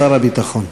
שר הביטחון.